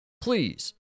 Please